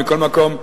מכל מקום,